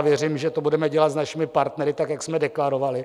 Věřím, že to budeme dělat s našimi partnery tak, jak jsme deklarovali.